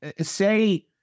say